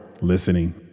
listening